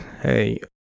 hey